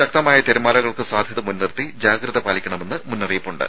ശക്തമായ തിരമാലകൾക്ക് സാധ്യത മുൻനിർത്തി ജാഗ്രത പാലിക്കണമെന്ന് മുന്നറിയിപ്പുണ്ട്